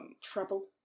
trouble